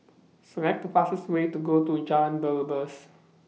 Select The fastest Way to Go to Jalan Belibas